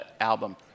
album